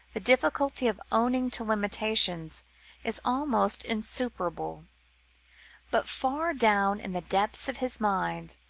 the difficulty of owning to limitations is almost insuperable but far down in the depths of his mind,